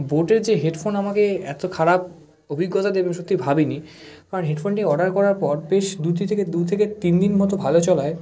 বোটের যে হেডফোন আমাকে এতো খারাপ অভিজ্ঞতা দেবে আমি সত্যিই ভাবিনি কারণ হেডফোনটি অর্ডার করার পর বেশ দু থেকে তিন দিন মতো ভালো চলায়